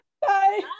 Bye